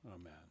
Amen